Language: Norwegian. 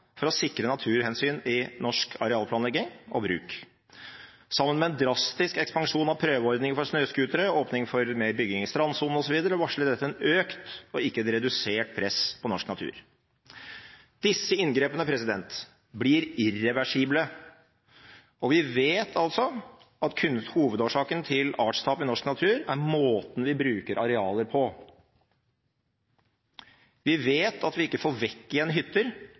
for å sikre naturhensyn i norsk arealplanlegging og -bruk. Sammen med en drastisk ekspansjon av prøveordningen for snøscootere og åpning for mer bygging i strandsonen osv. varsler dette et økt, ikke et redusert, press på norsk natur. Disse inngrepene blir irreversible. Vi vet at hovedårsaken til artstap i norsk natur er måten vi bruker arealer på. Vi vet at vi ikke får vekk igjen hytter